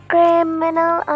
Criminal